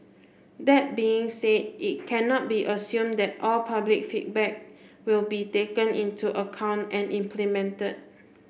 that being said it cannot be assumed that all public feedback will be taken into account and implemented